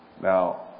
Now